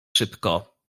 szybko